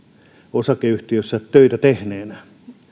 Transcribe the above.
osakeyhtiössä töitä tehneenä